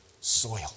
soil